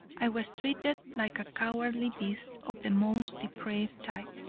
i was treated like a cowardly beast of the most depraved type.